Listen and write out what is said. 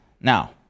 Now